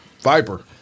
Viper